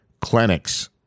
clinics